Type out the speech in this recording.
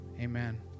amen